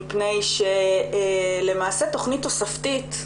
מפני שלמעשה תכנית תוספתית,